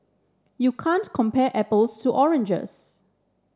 you can't compare apples to oranges